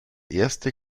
erste